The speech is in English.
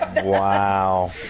Wow